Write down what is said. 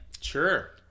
Sure